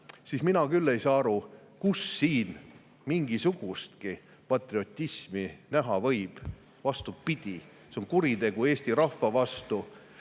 siis mina küll ei saa aru, kus siin mingisugustki patriotismi näha võib. Vastupidi, see on kuritegu eesti rahva vastu.